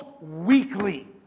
weekly